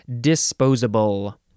Disposable